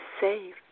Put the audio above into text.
safe